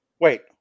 Wait